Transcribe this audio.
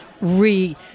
re